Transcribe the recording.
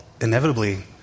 inevitably